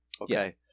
Okay